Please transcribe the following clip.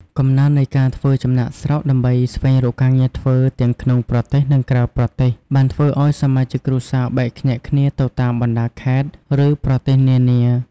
កំណើននៃការធ្វើចំណាកស្រុកដើម្បីស្វែងរកការងារធ្វើ ទាំងក្នុងប្រទេស និងក្រៅប្រទេស បានធ្វើឱ្យសមាជិកគ្រួសារបែកខ្ញែកគ្នាទៅតាមបណ្ដាខេត្ត ឬប្រទេសនានា។